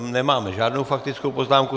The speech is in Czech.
Nemám žádnou faktickou poznámku.